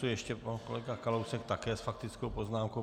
Ještě pan kolega Kalousek, také s faktickou poznámkou.